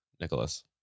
Nicholas